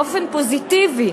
באופן פוזיטיבי,